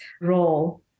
role